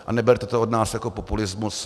A neberte to od nás jako populismus.